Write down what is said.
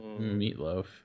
Meatloaf